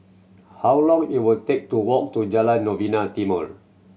how long will it take to walk to Jalan Novena Timor